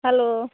hello